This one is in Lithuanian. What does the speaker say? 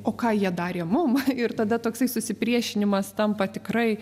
o ką jie darė mum ir tada toksai susipriešinimas tampa tikrai